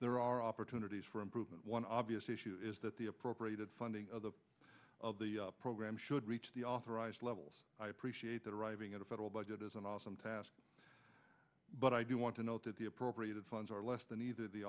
there are opportunities for improvement one obvious issue is that the appropriated funding of the program should reach the authorized levels i appreciate that arriving at a federal budget is an awesome task but i do want to note that the appropriated funds are less than either the